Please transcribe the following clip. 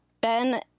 Ben